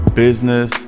business